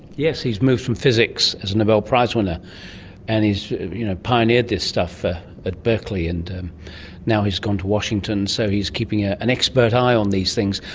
yes, he's moved from physics as a nobel prize-winner and he's you know pioneered this stuff at berkeley and and now he's gone to washington, so he's keeping ah an expert eye on things.